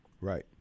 Right